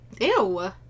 Ew